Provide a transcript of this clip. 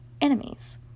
enemies